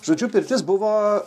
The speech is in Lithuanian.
žodžiu pirtis buvo